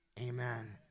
amen